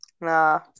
Nah